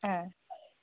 ಹಾಂ